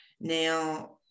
Now